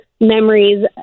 memories